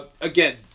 Again